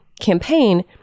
campaign